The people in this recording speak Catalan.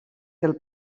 del